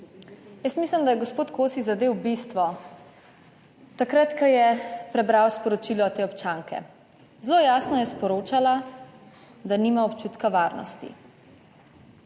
Jaz mislim, da je gospod Kosi zadel bistvo takrat, ko je prebral sporočilo te občanke. Zelo jasno je sporočala, da nima občutka varnosti.